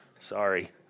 Sorry